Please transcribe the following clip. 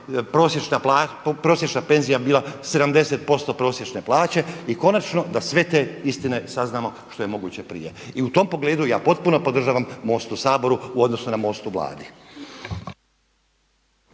prosječna penzija bila 70% prosječne plaće? I konačno da sve te istine saznamo što je moguće prije. I u tom pogledu ja potpuno podržavam MOST u Saboru u odnosu na MOST u Vladi.